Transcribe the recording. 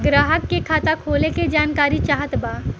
ग्राहक के खाता खोले के जानकारी चाहत बा?